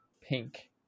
pink